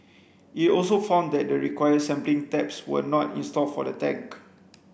it also found that the required sampling taps were not installed for the tank